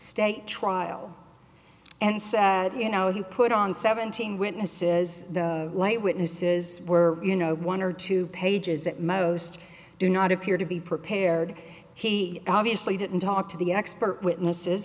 state trial and said you know he put on seventeen witnesses the light witnesses were you know one or two pages that most do not appear to be prepared he obviously didn't talk to the expert witnesses